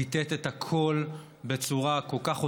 ביטאת את הכול בצורה כל כך אותנטית,